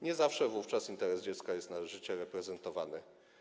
Nie zawsze wówczas interes dziecka jest należycie reprezentowany.